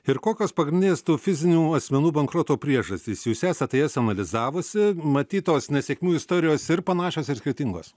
ir kokios pagrindinės tų fizinių asmenų bankroto priežastys jūs esate jas analizavusi matyt tos nesėkmių istorijos ir panašios ir skirtingos